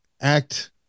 act